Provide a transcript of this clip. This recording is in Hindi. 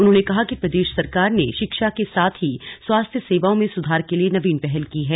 उन्होंने कहा कि प्रदेश सरकार ने शिक्षा के साथ ही स्वास्थ्य सेवाओं मे सुधार के लिए नवीन पहल की है